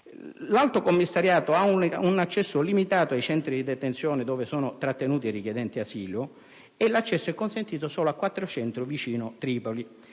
l'Alto Commissariato ha un accesso limitato ai centri di detenzione, dove sono trattenuti i richiedenti asilo; l'accesso è consentito solo a quattro centri vicino Tripoli;